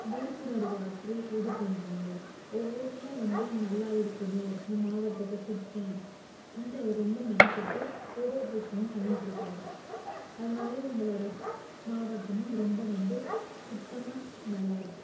விழிப்புணர்வு ஆற்றி இது பண்ணுறாங்க ஒவ்வொன்றும் வந்து அங்கே நல்லா இருக்கணும் அது மாவட்டத்தை சுற்றி எந்த ரொம்ப மெனக்கெட்டு ஒரு ஒரு விஷயமும் பண்ணிகிட்ருக்காரு அதனால எங்களோட மாவட்டமும் ரொம்ப வந்து சுத்தமாக நல்லா இருக்குது